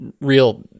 real